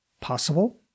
possible